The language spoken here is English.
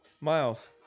Miles